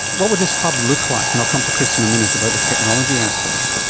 what will this hub look like? and i'll come to chris in a minute about the technology aspects.